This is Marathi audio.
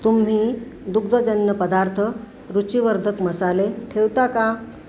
तुम्ही दुग्धजन्य पदार्थ रुचीवर्धक मसाले ठेवता का